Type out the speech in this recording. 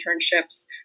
internships